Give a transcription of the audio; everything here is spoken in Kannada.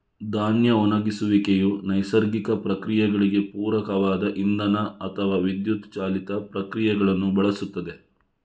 ಧಾನ್ಯ ಒಣಗಿಸುವಿಕೆಯು ನೈಸರ್ಗಿಕ ಪ್ರಕ್ರಿಯೆಗಳಿಗೆ ಪೂರಕವಾದ ಇಂಧನ ಅಥವಾ ವಿದ್ಯುತ್ ಚಾಲಿತ ಪ್ರಕ್ರಿಯೆಗಳನ್ನು ಬಳಸುತ್ತದೆ